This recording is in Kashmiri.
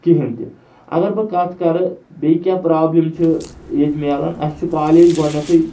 کِہیٖنۍ تہِ اگر بہٕ کَتھ کَرٕ بیٚیہِ کینٛہہ پرابلِم چھِ ییٚتہِ میلَان اَسِہ چھُ کالج گۄڈنٮ۪تھٕے